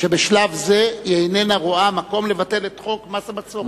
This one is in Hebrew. שבשלב זה היא איננה רואה מקום לבטל את חוק מס הבצורת.